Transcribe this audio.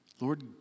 Lord